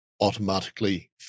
automatically